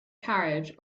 carriage